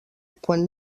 quan